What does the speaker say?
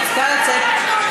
היא צריכה לצאת.